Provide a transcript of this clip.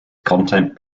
content